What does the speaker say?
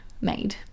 made